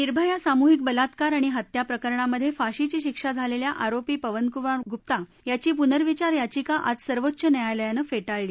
निर्भया सामूहिक बलात्कार आणि हत्याप्रकरणामधक्राशीची शिक्षा झालख्खा आरोपी पवनकुमार गुप्ता याची पुनर्विचार याचिका आज सर्वोच्च न्यायालयानं फट्टीळली